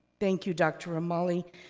thank you, dr. romali,